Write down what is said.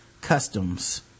customs